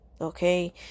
okay